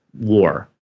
war